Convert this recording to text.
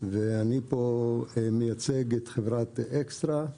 אני פה מייצג את חברת אקסטרה,